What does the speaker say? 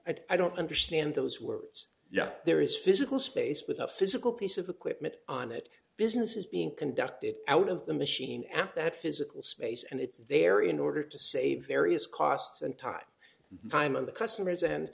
i don't understand those words yeah there is physical space with a physical piece of equipment on it business is being conducted out of the machine at that physical space and it's there in order to save various d costs and time the time of the customers and